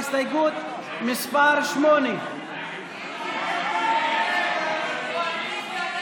ההסתייגות (8) של קבוצת סיעת יהדות התורה